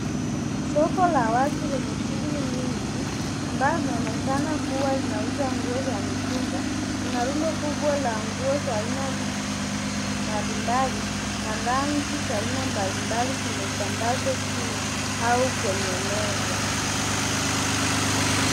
Soko la wazi lenye shughuli nyingi ambalo linaonekana kuwa linauza nguo za mitumba. Kuna rundo kubwa la nguo za aina mbalimbali na rangi za aina mbalimbali zimetandazwa chini au kwenye meza.